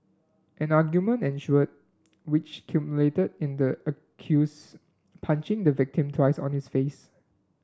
an argument ensued which culminated in the accuse punching the victim twice on his face